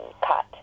cut